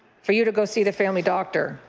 for you to go see the family doctor.